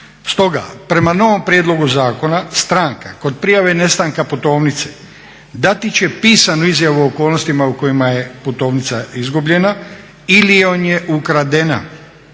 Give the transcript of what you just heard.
Stoga prema novom prijedlogu zakona stranka kod prijave nestanka putovnice dati će pisanu izjavu o okolnostima u kojima je putovnica izgubljena ili je ukradena,